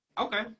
okay